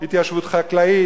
התיישבות חקלאית,